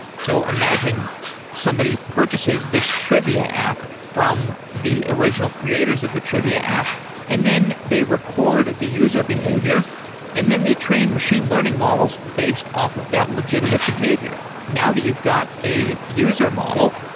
so imagine somebody purchases this trivia app from the original creators of the trivia app and then they record the user behavior and then they train machine learning models based off of that legitimate behavior. now that you've got a user model,